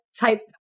type